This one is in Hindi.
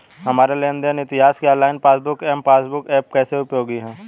हमारे लेन देन इतिहास के online passbook M passbook app कैसे उपयोगी है?